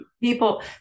people